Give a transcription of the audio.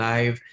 Live